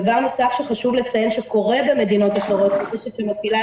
דבר נוסף שחשוב לציין שקורה במדינות אחרות זו רשת שמפעילה